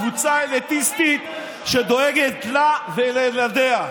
קבוצה אליטיסטית שדואגת לה ולילדיה,